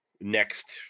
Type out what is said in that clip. next